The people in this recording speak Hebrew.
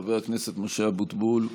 חבר הכנסת משה אבוטבול.